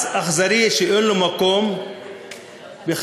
מס אכזרי שאין לו מקום בכלל,